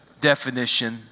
definition